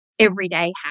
everyday